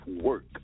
work